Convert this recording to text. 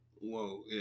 Whoa